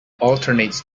alternate